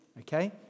okay